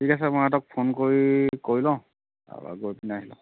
ঠিক আছে মই সিহঁতক ফোন কৰি কৈ লওঁ তাপা গৈ পিনে